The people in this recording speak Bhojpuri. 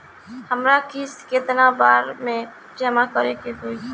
हमरा किस्त केतना बार में जमा करे के होई?